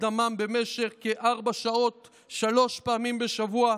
דמם במשך כארבע שעות שלוש פעמים בשבוע,